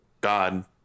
God